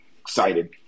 excited